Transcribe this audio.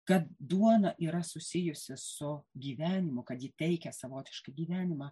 kad duona yra susijusi su gyvenimu kad ji teikia savotiškai gyvenimą